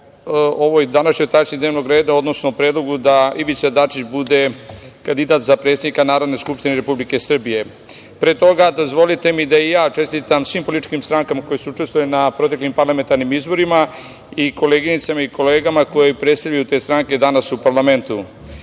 ovoj današnjoj taksi dnevnog reda, odnosno predlogu da Ivica Dačić bude kandidat za predsednika Narodne skupštine Republike Srbije. Pre toga, dozvolite mi da i ja čestitam svim političkim strankama koje su učestvovale na proteklim parlamentarnim izborima i koleginicama i kolegama koje predstavljaju te stranke danas u parlamentu. Želim